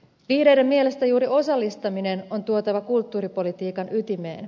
vihreiden mielestä juuri osallistaminen on tuotava kulttuuripolitiikan ytimeen